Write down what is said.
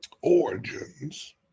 origins